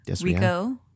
Rico